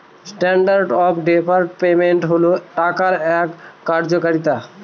standard of deferred payment হল টাকার এক কার্যকারিতা